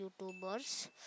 YouTubers